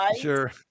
Sure